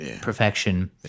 perfection